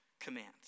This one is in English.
commands